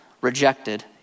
rejected